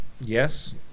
yes